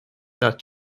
that